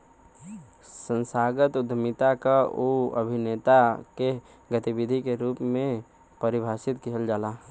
संस्थागत उद्यमिता के उ अभिनेता के गतिविधि के रूप में परिभाषित किहल जाला